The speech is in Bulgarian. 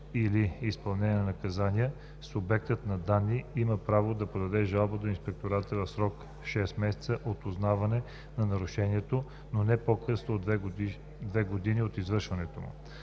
или изпълнението на наказания, субектът на данни има право да подаде жалба до инспектората в срок 6 месеца от узнаване на нарушението, но не по-късно от две години от извършването му.